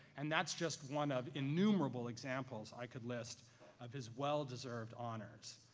and that's just one of innumerable examples i could list of his well deserved honors.